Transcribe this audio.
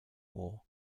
war